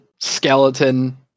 skeleton